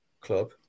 club